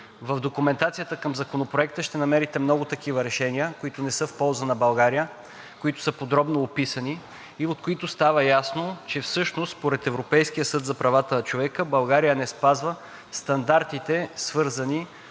В документацията към Законопроекта ще намерите много такива решения, които не са в полза на България и които са подробно описани, и от които става ясно, че всъщност според Европейския съд за правата на човека България не спазва стандартите, свързани